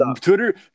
Twitter